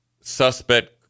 suspect